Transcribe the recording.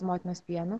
motinos pienu